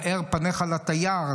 האר פניך לתייר,